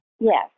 Yes